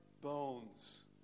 bones